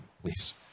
Please